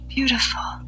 Beautiful